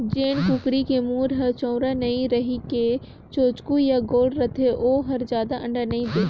जेन कुकरी के मूढ़ हर चउड़ा नइ रहि के चोचकू य गोल रथे ओ हर जादा अंडा नइ दे